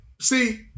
See